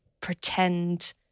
pretend